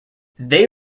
they